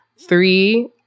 three